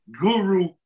guru